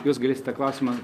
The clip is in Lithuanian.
jūs galėsit tą klausimą